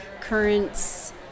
currents